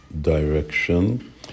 direction